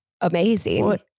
amazing